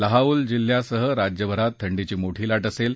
लहाऊल जिल्ह्यासह राज्यभरात थंडीची मोठी लाट असेल